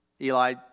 Eli